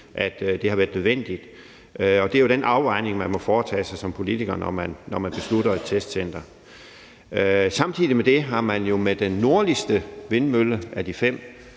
at det har været nødvendigt. Det er jo den afvejning, man må foretage som politiker, når man beslutter et lave et testcenter. Samtidig med det har man jo med den nordligste vindmølle af de fem